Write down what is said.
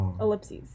Ellipses